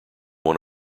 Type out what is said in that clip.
one